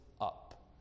up